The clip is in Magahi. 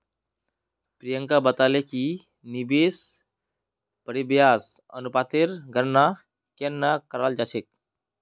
प्रियंका बताले कि निवेश परिव्यास अनुपातेर गणना केन न कराल जा छेक